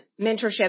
mentorship